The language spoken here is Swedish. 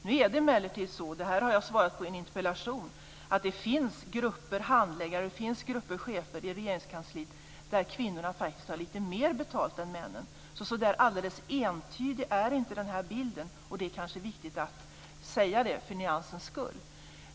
Nu är det emellertid så - det här jag behandlat i en interpellation - att det finns grupper handläggare och chefer i Regeringskansliet där kvinnor faktiskt har lite mer betalt än män. Så där alldeles entydig är inte den här bilden. Det är kanske viktigt att säga det för nyansens skull.